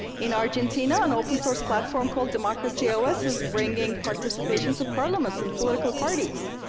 in argentina, an open-source platform called democracyos is bringing participation to parliaments and political parties.